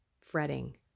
fretting